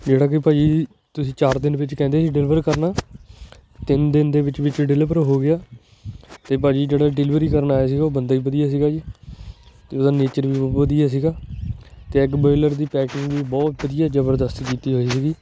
ਜਿਹੜਾ ਕਿ ਭਾਅ ਜੀ ਤੁਸੀਂ ਚਾਰ ਦਿਨ ਵਿੱਚ ਕਹਿੰਦੇ ਸੀ ਡਿਲੀਵਰ ਕਰਨਾ ਤਿੰਨ ਦਿਨ ਦੇ ਵਿੱਚ ਵਿੱਚ ਡਿਲੀਵਰ ਹੋ ਗਿਆ ਅਤੇ ਭਾਅ ਜੀ ਜਿਹੜਾ ਡਿਲੀਵਰੀ ਕਰਨ ਆਇਆ ਸੀਗਾ ਉਹ ਬੰਦਾ ਵੀ ਵਧੀਆ ਸੀਗਾ ਜੀ ਅਤੇ ਉਹਦਾ ਨੇਚਰ ਵੀ ਬਹੁਤ ਵਧੀਆ ਸੀਗਾ ਅਤੇ ਐਗ ਬੋਇਲਰ ਦੀ ਪੈਕਿੰਗ ਵੀ ਬਹੁਤ ਵਧੀਆ ਜ਼ਬਰਦਸਤ ਕੀਤੀ ਹੋਈ ਸੀਗੀ